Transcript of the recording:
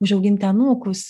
užauginti anūkus